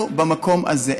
אנחנו במקום הזה.